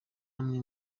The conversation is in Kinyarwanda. amwe